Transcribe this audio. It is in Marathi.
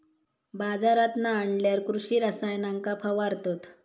बाजारांतना आणल्यार कृषि रसायनांका फवारतत